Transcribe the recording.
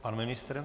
Pan ministr?